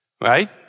right